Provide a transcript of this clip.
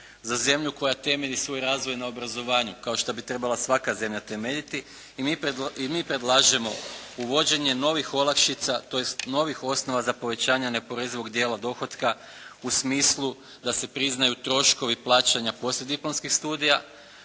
za zemlju koja temelji svoj razvoj na obrazovanju kao što bi trebala svaka zemlja temeljiti i mi predlažemo uvođenje novih olakšica, tj. novih osnova za povećanje neoporezivog dijela dohotka u smislu da se priznaju troškovi plaćanja poslijediplomskih studija,